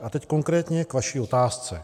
A teď konkrétně k vaší otázce.